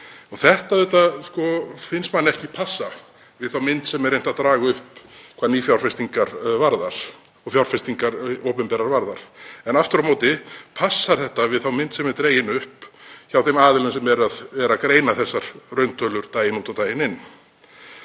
Þetta finnst manni ekki passa við þá mynd sem er reynt að draga upp hvað nýfjárfestingar og opinberar fjárfestingar varðar. Aftur á móti passar þetta við þá mynd sem er dregin upp hjá þeim aðilum sem greina þessar rauntölur daginn út og daginn inn.